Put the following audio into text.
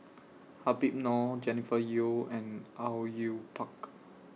Habib Noh Jennifer Yeo and Au Yue Pak